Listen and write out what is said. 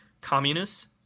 communists